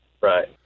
Right